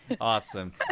Awesome